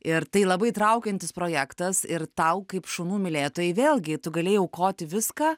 ir tai labai įtraukiantis projektas ir tau kaip šunų mylėtojai vėlgi tu galėjai aukoti viską